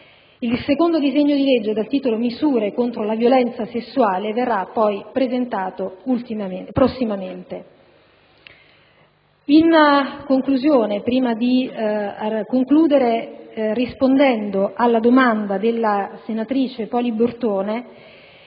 Il secondo disegno di legge, dal titolo: «Misure contro la violenza sessuale», verrà presentato prossimamente. Prima di concludere, rispondendo alla domanda della senatrice Poli Bortone,